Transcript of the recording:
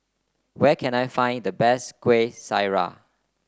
where can I find the best Kueh Syara